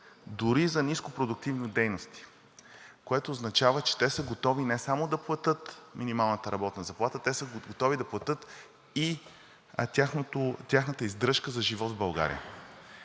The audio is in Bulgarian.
дори за нископродуктивни дейности. Което означава, че те са готови не само да платят минималната работна заплата – те са готови да платят и тяхната издръжка за живот в България.